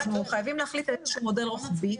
אנחנו חייבים להחליט על איזשהו מודל רוחבי,